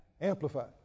Amplified